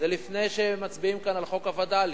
זה לפני שמצביעים כאן על חוק הווד"לים,